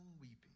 weeping